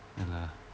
ya lah